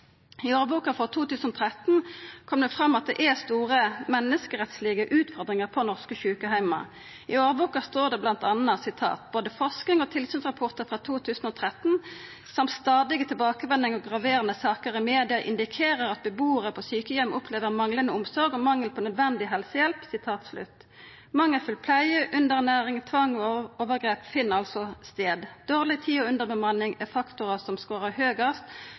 årboka frå 2013 kom det fram at det er store menneskerettslege utfordringar på norske sjukeheimar. I årboka står det bl.a.: «Både forskning og tilsynsrapporter fra 2013, samt stadig tilbakevendende og graverende saker i media, indikerer at beboere på sykehjem opplever manglende omsorg og mangel på nødvendig helsehjelp.» Mangelfull pleie, underernæring, tvang og overgrep finn altså stad. Dårleg tid og underbemanning er faktorar som